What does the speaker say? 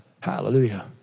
Hallelujah